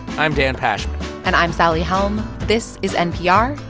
i'm dan pashman and i'm sally helm. this is npr.